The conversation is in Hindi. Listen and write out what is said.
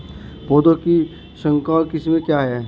पौधों की संकर किस्में क्या हैं?